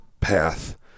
path